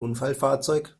unfallfahrzeug